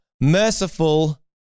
merciful